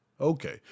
Okay